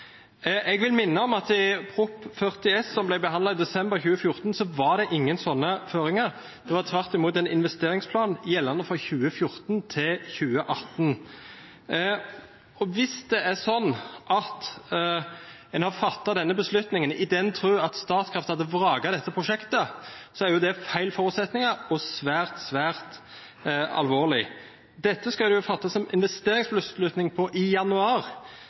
Jeg vil minne om at i Prop. 40 S, som ble behandlet i desember 2014, var det ingen sånne føringer. Det var tvert imot en investeringsplan gjeldende fra 2014 til 2018. Hvis det er sånn at en har fattet denne beslutningen i den tro at Statkraft hadde vraket dette prosjektet, er jo det feil forutsetninger og svært, svært alvorlig. Dette skal det fattes en investeringsbeslutning om i januar,